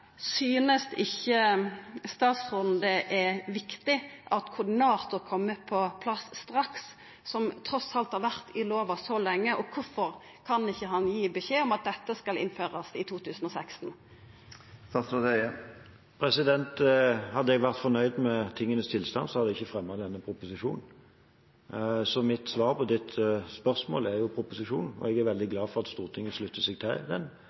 statsråden det er viktig at koordinator kjem på plass straks, det har trass alt vore i lova lenge? Og kvifor kan han ikkje gi beskjed om at dette skal innførast i 2016? Hadde jeg vært fornøyd med tingenes tilstand, hadde jeg ikke fremmet denne proposisjonen. Mitt svar på spørsmålet er proposisjonen, og jeg er veldig glad for at Stortinget slutter seg til den